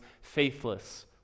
faithless